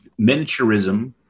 miniaturism